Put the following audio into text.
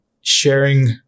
sharing